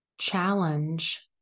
challenge